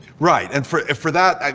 right. and for for that,